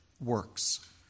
works